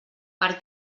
per